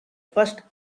first